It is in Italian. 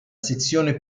sezione